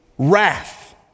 Wrath